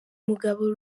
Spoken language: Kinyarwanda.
mugabo